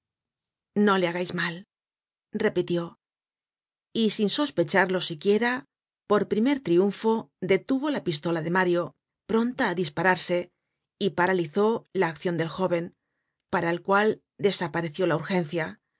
no le hagais mal repitió y sin sospecharlo siquiera por primer triunfo detuvo la pistola de mario pronta á dispararse y paralizó la accion del jóven para el cual desapareció la urgencia